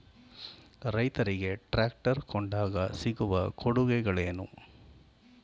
ರೈತರಿಗೆ ಟ್ರಾಕ್ಟರ್ ಕೊಂಡಾಗ ಸಿಗುವ ಕೊಡುಗೆಗಳೇನು?